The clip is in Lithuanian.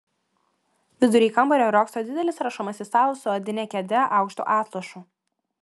vidury kambario riogso didelis rašomasis stalas su odine kėde aukštu atlošu